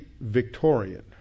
Victorian